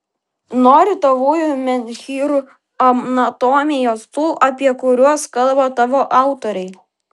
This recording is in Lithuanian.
nori tavųjų menhyrų anatomijos tų apie kuriuos kalba tavo autoriai